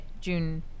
June